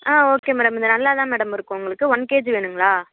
ஆ okay madam இது நல்லா தான் மேடம் இருக்கும் உங்களுக்கு ஒன் கேஜி வேணுங்களா